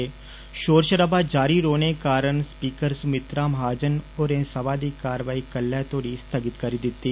षोर षराबा जारी रौने करी स्पीकर सुमित्रा महाजन होरें सभा दी कारवाई कलै तोड़ी स्थगित करी दिती